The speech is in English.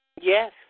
Yes